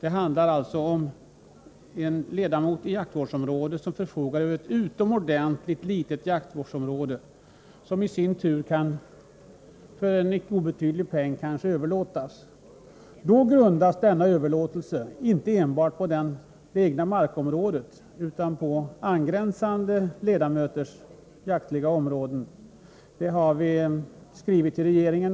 En ledamot i en jaktvårdsområdesförening, som förfogar över ett utomordentligt litet jaktvårdsområde, har kunnat överlåta detta för en icke obetydlig peng. Då grundas denna överlåtelse inte enbart på det egna markområdet utan på angränsande områden, som tillhör andra ledamöter i jaktvårdsområdesföreningen.